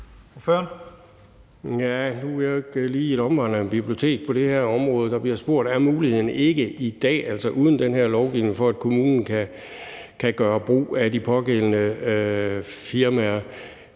Nu er jeg jo ikke lige et omvandrende bibliotek på det her område. Der bliver spurgt, om der ikke i dag, altså uden den her lovgivning, er mulighed for, at kommunen kan gøre brug af de pågældende firmaer.